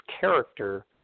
character